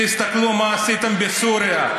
תסתכלו מה עשיתם בסוריה.